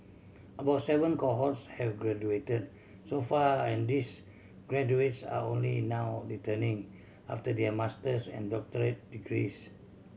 about seven cohorts have graduated so far and these graduates are only now returning after their master's and doctorate degrees